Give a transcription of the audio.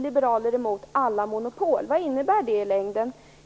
liberaler är mot alla monopol? Vad innebär det i längden?